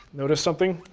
notice something?